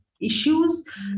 issues